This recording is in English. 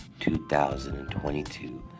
2022